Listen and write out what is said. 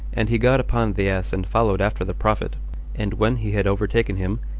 and he got upon the ass and followed after the prophet and when he had overtaken him,